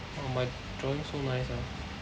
oh my drawing so nice ah